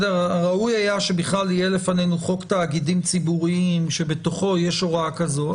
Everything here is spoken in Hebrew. ראוי היה שבכלל יהיה לפנינו חוק תאגידים ציבוריים שבתוכו יש הוראה כזו,